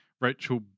Rachel